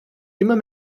immer